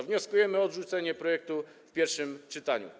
Wnioskujemy o odrzucenie projektu w pierwszym czytaniu.